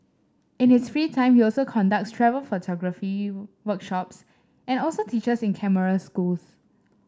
in his free time you also conducts travel photography workshops and also teachers in camera schools